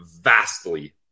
vastly